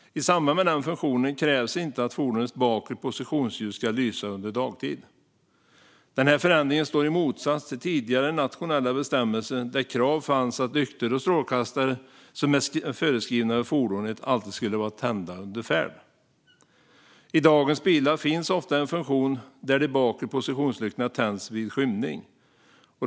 I samband med den funktionen krävs inte att fordonets bakre positionsljus ska lysa under dagtid. Den här förändringen står i motsats till tidigare nationella bestämmelser, där krav fanns att lyktor och strålkastare som är föreskrivna för fordonet alltid skulle vara tända under färd. I dagens bilar finns ofta en funktion där de bakre positionslyktorna tänds vid skymning.